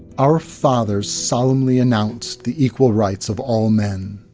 our fathers solemnly announced the equal rights of all men,